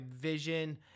vision